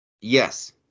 Yes